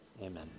amen